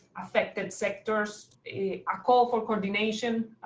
affected sectors, a ah call for coordination.